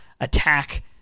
attack